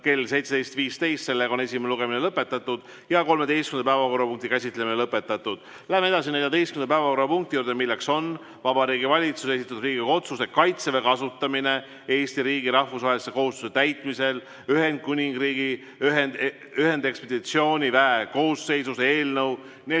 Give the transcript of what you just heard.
kell 17.15. Esimene lugemine on lõpetatud ja ka 13. päevakorrapunkti käsitlemine on lõpetatud. Läheme edasi 14. päevakorrapunkti juurde, milleks on Vabariigi Valitsuse esitatud Riigikogu otsuse "Kaitseväe kasutamine Eesti riigi rahvusvaheliste kohustuste täitmisel Ühendkuningriigi ühendekspeditsiooniväe koosseisus" eelnõu 444